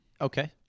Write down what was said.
Okay